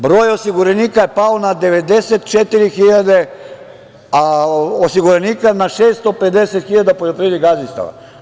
Broj osiguranika je pao na 94 hiljade osiguranika na 650 hiljada poljoprivrednih gazdinstava.